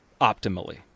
optimally